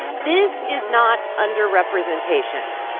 this is not underrepresentation.